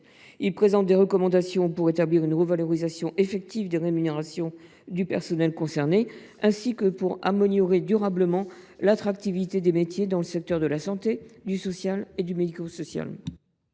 également des recommandations pour établir une revalorisation effective des rémunérations du personnel concerné, ainsi que pour améliorer durablement l’attractivité des métiers dans les secteurs sanitaire, social et médico social.